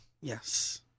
Yes